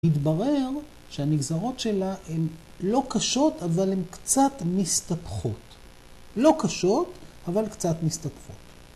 ‫התברר שהנגזרות שלה הן לא קשות, ‫אבל הן קצת מסתפחות. ‫לא קשות, אבל קצת מסתפחות.